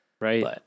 Right